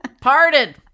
Parted